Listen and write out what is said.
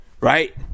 Right